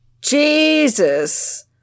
Jesus